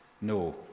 No